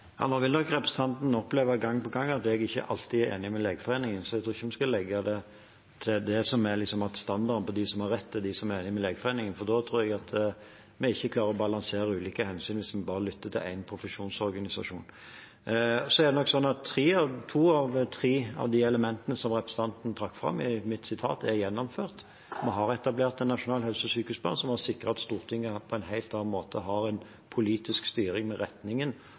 Nå vil nok representanten oppleve gang på gang at jeg ikke alltid er enig med Legeforeningen, så jeg tror ikke vi skal si det slik at standarden er at de som har rett, er de som er enige med Legeforeningen, for da tror jeg ikke vi klarer å balansere ulike hensyn, hvis en bare lytter til én profesjonsorganisasjon. Så er det nok sånn at to av tre av de elementene som representanten trakk fram i sitatet fra meg, er gjennomført. Vi har etablert en nasjonal helse- og sykehusplan, som har sikret at Stortinget på en helt annen måte har en politisk styring med retningen